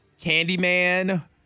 Candyman